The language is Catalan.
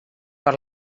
per